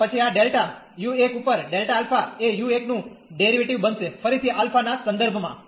અને પછી આ ડેલ્ટા u 1 ઉપર ડેલ્ટા આલ્ફા એ u 1 નું ડેરીવેટીવ બનશે ફરીથી આલ્ફા ના સંદર્ભમાં